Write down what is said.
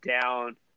down